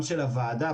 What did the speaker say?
הוועדה,